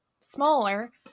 smaller